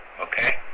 okay